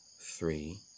three